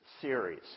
series